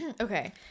Okay